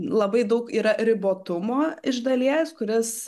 labai daug yra ribotumo iš dalies kuris